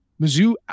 Mizzou